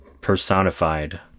personified